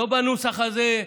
לא בנוסח הזה,